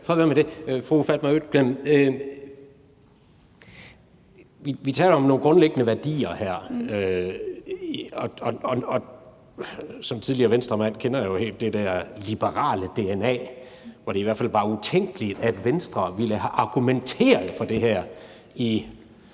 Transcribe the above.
Fru Fatma Øktem, vi taler om nogle grundlæggende værdier her, og som tidligere Venstremand kender jeg jo det der liberale dna, hvor det i hvert fald i tidligere tider var utænkeligt, at Venstre ville have argumenteret for det her,